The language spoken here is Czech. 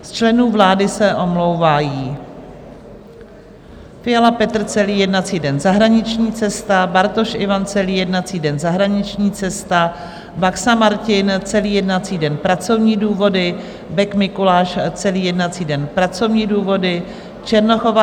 Z členů vlády se omlouvají: Fiala Petr celý jednací den zahraniční cesta, Bartoš Ivan celý jednací den zahraniční cesta, Baxa Martin celý jednací den pracovní důvody, Bek Mikuláš celý jednací den pracovní důvody, Černochová